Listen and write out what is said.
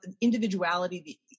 individuality